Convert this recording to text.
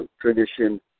tradition